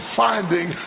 finding